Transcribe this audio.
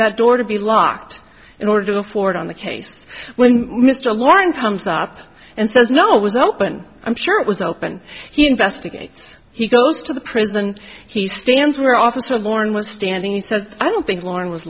that door to be locked in order to afford on the case when mr lawrence comes up and says no it was open i'm sure it was open he investigates he goes to the prison he stands where officer lauren was standing he says i don't think lauren was